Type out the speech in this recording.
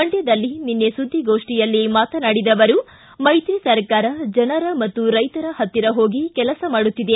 ಮಂಡ್ಕದಲ್ಲಿ ನಿನ್ನೆ ಸುದ್ದಿಗೋಪ್ಠಿಯಲ್ಲಿ ಮಾತನಾಡಿದ ಅವರು ಮೈತ್ರಿ ಸರ್ಕಾರ ಜನರ ಮತ್ತು ರೈತರ ಹತ್ತಿರ ಹೋಗಿ ಕೆಲಸ ಮಾಡುತ್ತಿದೆ